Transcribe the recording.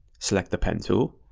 select the pen tool,